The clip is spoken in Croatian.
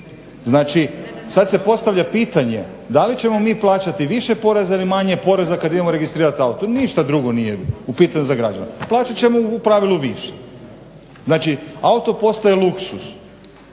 Znači, sad se postavlja pitanje da li ćemo mi plaćati više poreza ili manje poreza kad idemo registrirati auto. Ništa drugo nije u pitanju za građana. Plaćat ćemo u pravilu više. Znači, auto postaje luksuz.